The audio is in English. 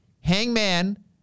Hangman